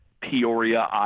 peoria